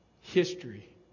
history